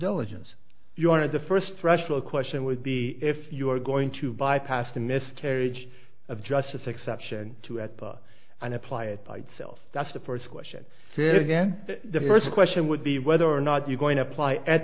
diligence you aren't the first rational question would be if you're going to bypass the miscarriage of justice exception to at the and apply it by itself that's the first question here again the first question would be whether or not you're going to apply at